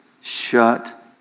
shut